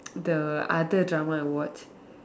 the other drama I watch